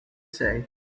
say